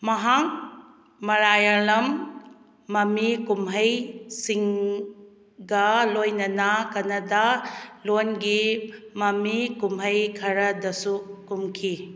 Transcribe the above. ꯃꯍꯥꯛ ꯃꯂꯥꯏꯌꯥꯂꯝ ꯃꯃꯤ ꯀꯨꯝꯍꯩꯁꯤꯡꯒ ꯂꯣꯏꯅꯅ ꯀꯟꯅꯥꯗꯥ ꯂꯣꯟꯒꯤ ꯃꯃꯤ ꯀꯨꯝꯍꯩ ꯈꯔꯗꯁꯨ ꯀꯨꯝꯈꯤ